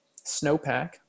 snowpack